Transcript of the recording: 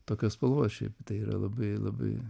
tokios spalvos šiaip tai yra labai labai